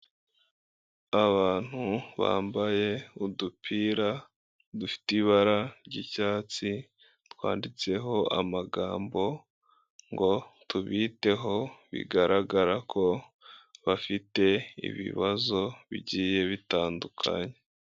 Abantu bambaye udupira dufite ibara ry'icyatsi twanditseho amagambo ngo tubiteho bigaragara ko bafite ibibazo bigiye bitandukanye.